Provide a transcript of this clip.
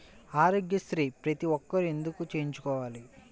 ఆరోగ్యశ్రీ ప్రతి ఒక్కరూ ఎందుకు చేయించుకోవాలి?